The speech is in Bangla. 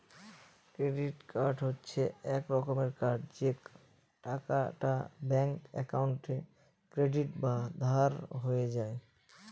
ক্রেডিট কার্ড হচ্ছে এক রকমের কার্ড যে টাকাটা ব্যাঙ্ক একাউন্টে ক্রেডিট বা ধার হয়ে যায়